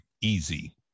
easy